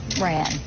ran